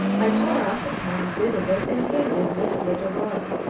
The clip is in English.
i tore off a tiny bit of it and hid it in this little book.